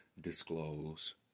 disclose